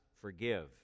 forgive